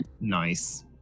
Nice